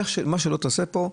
מה שלא תעשה פה,